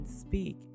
speak